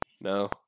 No